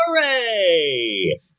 hooray